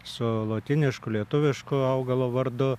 su lotynišku lietuvišku augalo vardo